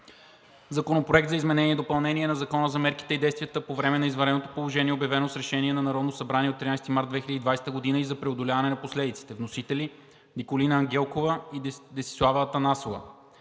Законопроект за изменение и допълнение на Закона за мерките и действията по време на извънредното положение, обявено с Решение на Народното събрание от 13 март 2020 г., и за преодоляване на последиците. Вносители са народните представители Николина Ангелкова и Десислава Атанасова.